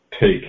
Take